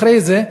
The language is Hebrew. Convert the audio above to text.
אחרי זה,